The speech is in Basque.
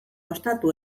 ostatu